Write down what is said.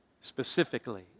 specifically